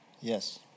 Yes